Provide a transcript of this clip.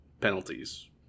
penalties